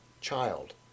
Child